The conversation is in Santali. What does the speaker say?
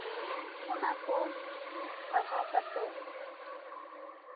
ᱚᱱᱟ ᱠᱚ ᱯᱟᱲᱦᱟᱣ ᱠᱟᱛᱮᱫ